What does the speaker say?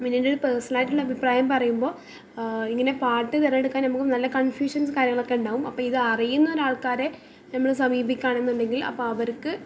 പിന്നേ എൻ്റെ പേർസ്ണൽ ആയിട്ടുള്ള അഭിപ്രായം പറയുമ്പോൾ ഇങ്ങനെ പാട്ട് തിരഞ്ഞെടുക്കാൻ നമുക്ക് നല്ല കൺഫ്യൂഷൻസ് കാര്യങ്ങളൊക്കെ ഉണ്ടാവും അപ്പം ഇത് അറിയുന്ന ഒരു ആൾക്കാരെ നമ്മൾ സമീപിക്കുക ആണെന്നുണ്ടെങ്കിൽ അപ്പം അവർക്ക്